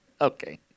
Okay